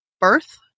birth